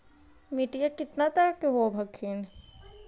मिट्टीया कितना तरह के होब हखिन?